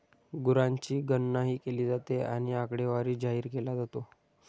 गुरांची गणनाही केली जाते आणि आकडेवारी जाहीर केला जातो